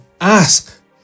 ask